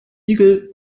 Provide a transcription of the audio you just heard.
igel